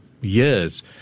years